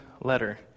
letter